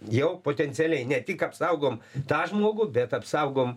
jau potencialiai ne tik apsaugom tą žmogų bet apsaugom